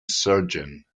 surgeon